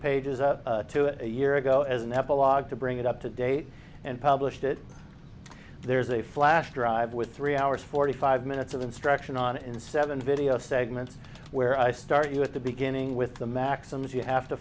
pages up to it a year ago as an epilogue to bring it up to date and published it there's a flash drive with three hours forty five minutes of instruction on and seven video segment where i start you at the beginning with the maxims you have to